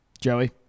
Joey